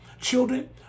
Children